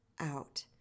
out